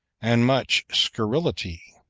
and much scurrility